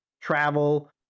travel